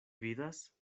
vidas